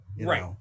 Right